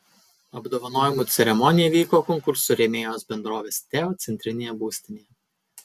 apdovanojimų ceremonija vyko konkurso rėmėjos bendrovės teo centrinėje būstinėje